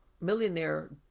millionaire